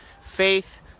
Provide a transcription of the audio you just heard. Faith